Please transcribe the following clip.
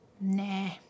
Nah